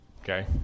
Okay